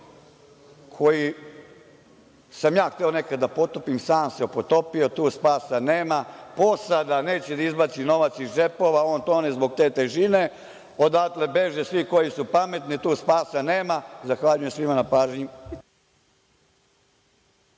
koji sam ja nekada hteo da potopim, sam se potopio, tu spasa nema, posada neće da izbaci novac iz džepova, on tone zbog te težine, odatle beže svi koji su pametni, tu spasa nema. Zahvaljujem svima na pažnji.